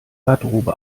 garderobe